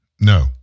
No